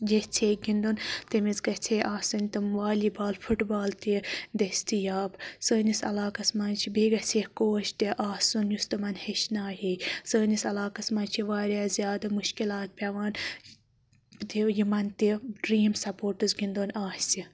ییٚژھِ ہے گِنٛدُن تٔمِس گَژھِ ہے آسٕنۍ تِم والی بال فُٹ بال تہِ دٔستیاب سٲنِس عَلاقَس مَنٛز چھِ بیٚیہِ گَژھِ ہے کوچ تہِ آسُن یُس تُمن ہیٚچھناوہے سٲنِس عَلاقَس مَنٛز چھِ واریاہ زیادٕ مُشکِلات پیٚوان تہٕ یِمَن تہِ ڈرٛیٖم سَپوٹٕس گِنٛدُن آسہِ